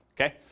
Okay